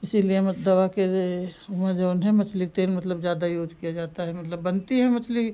इसीलिए दवा के यह हुआ जऊन है मछली के तेल मतलब ज़्यादा यूज किया जाता है मतलब बनती है मछली